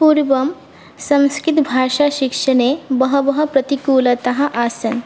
पूर्वं संस्कृतभाषाशिक्षणं बहवः प्रतिकूलम् आसन्